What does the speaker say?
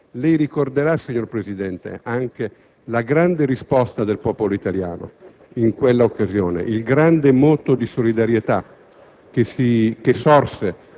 Lei ricorderà, signor Presidente, anche la grande risposta del popolo italiano in quella occasione e il grande moto di solidarietà che sorse